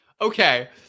okay